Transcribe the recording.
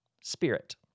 spirit